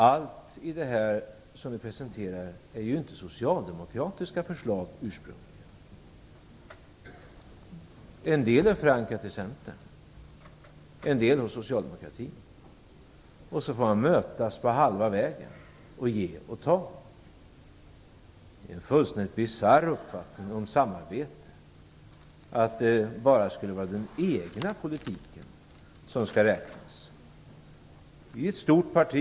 Alla förslag som vi nu presenterar är inte socialdemokratiska förslag ursprungligen. En del förslag är förankrade i Centern, en del hos socialdemokratin. Man får mötas på halva vägen och ge och ta. Det är en fullständigt bisarr uppfattning om samarbete att det bara skulle vara den egna politiken som skall räknas. Socialdemokraterna är ett stort parti.